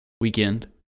Weekend